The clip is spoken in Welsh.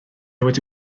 wedi